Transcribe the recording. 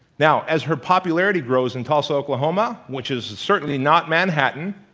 now, as her popularity grows in tulsa, oklahoma, which is certainly not manhattan,